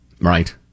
Right